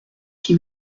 qui